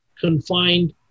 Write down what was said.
confined